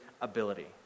ability